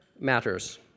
matters